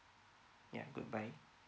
yeah good bye